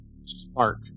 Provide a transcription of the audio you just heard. spark